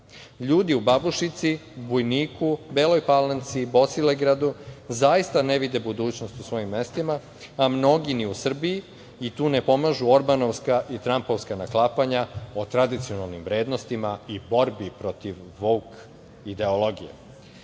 Ljudi u Babušnici, Bojniku, Beloj Palanci, Bosilegradu, zaista ne vide budućnost u svojim mestima, a mnogi ni u Srbiji, i tu ne pomažu orbanovska i trampovska naklapanja o tradicionalnim vrednostima i borbi protiv "vouk" ideologije. Regionalna